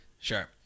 Sure